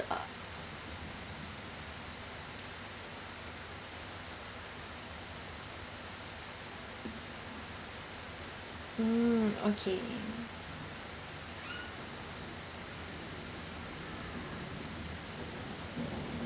mm okay